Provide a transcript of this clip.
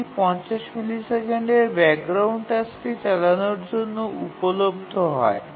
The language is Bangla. বাকী ৫০ মিলিসেকেন্ডের ব্যাকগ্রাউন্ড টাস্কটি চালানোর জন্য উপলব্ধ হয়